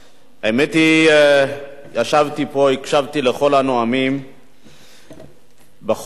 האמת היא שישבתי פה והקשבתי לכל הנואמים בחוק הזה.